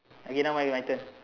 again okay now my my turn